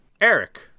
Eric